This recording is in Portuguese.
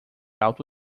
alto